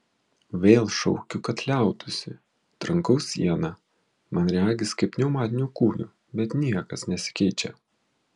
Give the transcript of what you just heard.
vėl šaukiu kad liautųsi trankau sieną man regis kaip pneumatiniu kūju bet niekas nesikeičia